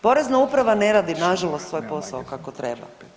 Porezna uprava ne radi nažalost svoj posao kako treba.